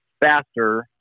faster –